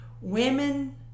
Women